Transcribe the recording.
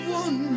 one